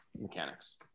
mechanics